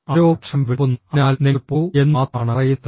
ആരോ ഭക്ഷണം വിളമ്പുന്നു അതിനാൽ നിങ്ങൾ പോകൂ എന്ന് മാത്രമാണ് പറയുന്നത്